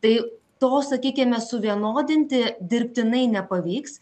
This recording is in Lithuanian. tai to sakykime suvienodinti dirbtinai nepavyks